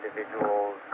individuals